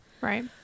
Right